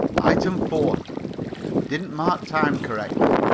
item four didn't mark time correctly.